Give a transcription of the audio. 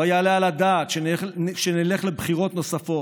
לא יעלה על הדעת שנלך לבחירות נוספות.